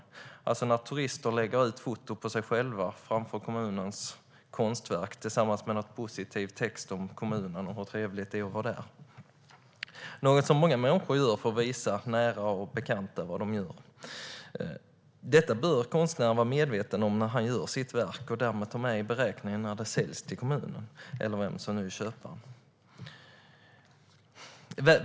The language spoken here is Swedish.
Jag talar om när turister lägger ut foton på sig själva framför kommunens konstverk tillsammans med någon positiv text om kommunen och hur trevligt det är att vara där - något som många människor gör för att visa nära och bekanta vad de gör. Detta bör konstnären vara medveten om när han skapar sitt verk och ta med i beräkningen när det säljs till kommunen, eller vem som nu är köparen.